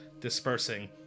dispersing